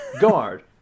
Guard